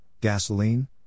gasoline